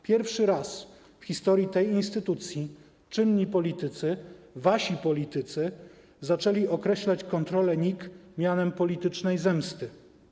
Pierwszy raz w historii tej instytucji czynni politycy, wasi politycy, zaczęli określać kontrolę NIK mianem politycznej zemsty.